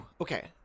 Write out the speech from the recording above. Okay